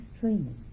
training